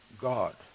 God